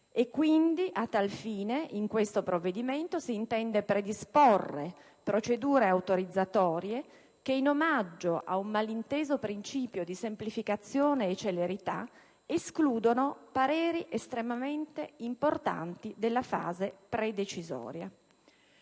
E quindi, a tal fine, con il disegno di legge al nostro esame intende predisporre procedure autorizzatorie che, in omaggio ad un malinteso principio di semplificazione e celerità, escludono pareri estremamente importanti nella fase predecisoria.